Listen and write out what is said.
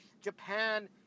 Japan